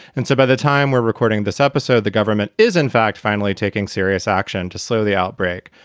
and so by the time we're recording this episode, the government is in fact finally taking serious action to slow the outbreak,